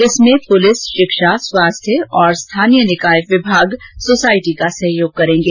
इसमें प्रलिस शिक्षा स्वास्थ्य और स्थानीय निकाय विभाग सोसायटी का सहयोग करेंगे